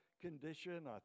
condition